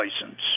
license